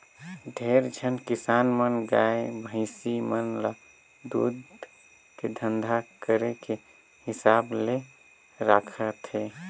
ढेरे झन किसान मन गाय, भइसी मन ल दूद के धंधा करे के हिसाब ले राखथे